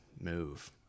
move